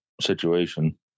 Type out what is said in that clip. situation